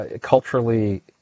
culturally